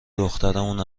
دخترمون